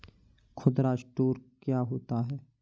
खुदरा स्टोर क्या होता है?